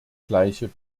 gleiche